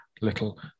little